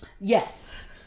Yes